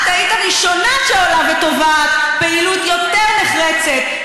את היית הראשונה שעולה ותובעת פעילות יותר נחרצת,